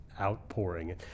outpouring